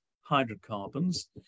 hydrocarbons